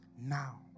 now